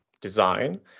design